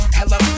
hello